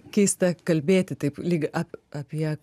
keista kalbėti taip lyg ap apie